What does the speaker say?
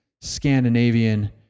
Scandinavian